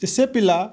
ସେ ପିଲା